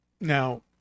Now